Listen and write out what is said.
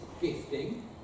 gifting